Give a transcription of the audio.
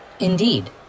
Indeed